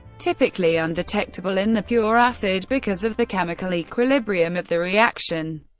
typically undetectable in the pure acid, because of the chemical equilibrium of the reaction.